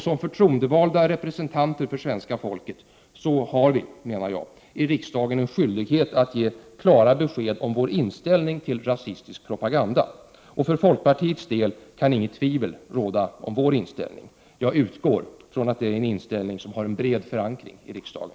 Som förtroendevalda representanter för svenska folket har, menar jag, vi i riksdagen en skyldighet att ge klara besked om vår inställning till rasistisk propaganda. För folkpartiets del kan inget tvivel råda om vår inställning. Jag utgår från att det är en inställning som har en bred förankring i riksdagen.